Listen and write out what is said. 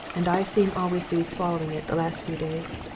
and i seem always to be swallowing it, the last few days.